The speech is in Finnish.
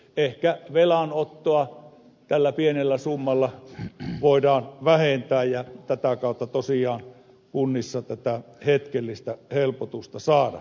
ehkä velanottoa tällä pienellä summalla voidaan vähentää ja tätä kautta tosiaan kunnissa tätä hetkellistä helpotusta saada